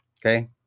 Okay